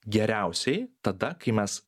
geriausiai tada kai mes